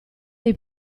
dei